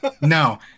no